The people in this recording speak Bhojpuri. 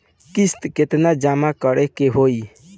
किस्त केतना जमा करे के होई?